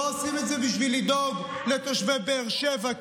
לא עושים את זה בשביל לדאוג לתושבי באר שבע,